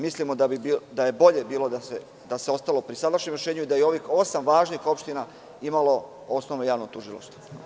Mislimo da bi bolje bilo da se ostalo pri sadašnjem rešenju, da je ovih osam važnih opština imalo osnovno javno tužilaštvo.